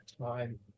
time